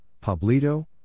Pablito